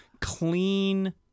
clean